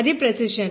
అది ప్రెసిషన్